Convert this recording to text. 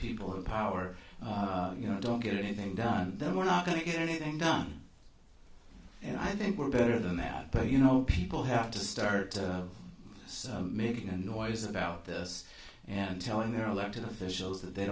people have power you know don't get anything done then we're not going to get anything done and i think we're better than that but you know people have to start so making a noise about this and telling their elected officials that they